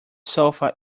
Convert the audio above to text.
sofa